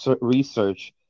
research